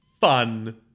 Fun